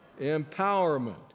empowerment